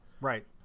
Right